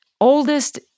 oldest